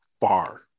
far